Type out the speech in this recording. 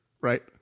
right